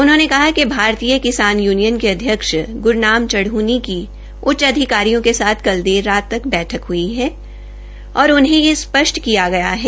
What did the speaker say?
उन्होंने कहा कि भारतीय किसान यूनियन के अध्यक्ष श्री ग्रनाम चढ़नी की उच्च अधिकारियों के साथ कल देर रात तक बैठक हुई है और उन्हें सब स्पष्ट किया गया है